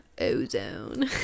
ozone